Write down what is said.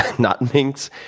not minks,